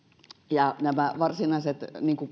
ja nämä varsinaiset